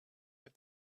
but